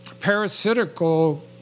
parasitical